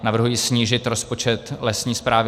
Navrhuji snížit rozpočet Lesní správy